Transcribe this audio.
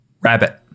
Rabbit